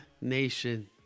nation